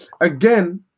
Again